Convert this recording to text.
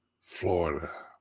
Florida